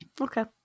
Okay